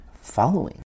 following